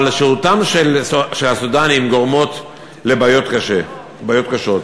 אבל שהותם של הסודאנים גורמת לבעיות קשות.